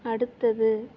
அடுத்தது